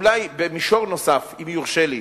ואולי במישור נוסף, אם יורשה לי,